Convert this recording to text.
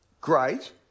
Great